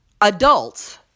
adults